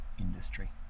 industry